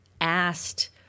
asked